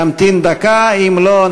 אני ישבתי כאן,